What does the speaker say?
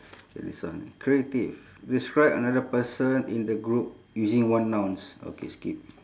okay this one creative describe another person in the group using one nouns okay skip